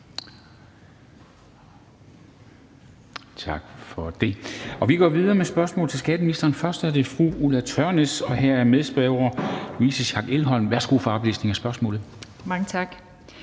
Maja Torp. Vi går videre med spørgsmål til skatteministeren. Først er det fra fru Ulla Tørnæs, og her er medspørgeren Louise Schack Elholm. Kl. 13:21 Spm. nr.